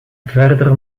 verder